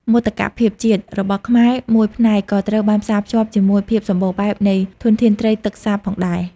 មោទកភាពជាតិ របស់ខ្មែរមួយផ្នែកក៏ត្រូវបានផ្សារភ្ជាប់ជាមួយភាពសម្បូរបែបនៃធនធានត្រីទឹកសាបផងដែរ។